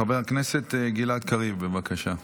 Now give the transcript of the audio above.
חבר הכנסת גלעד קריב, בבקשה.